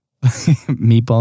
Meatball